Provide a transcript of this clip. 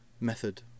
method